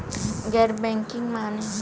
गैर बैंकिंग माने?